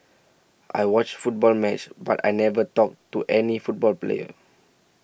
I watched football match but I never talked to any football player